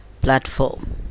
Platform